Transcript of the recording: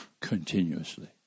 continuously